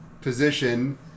position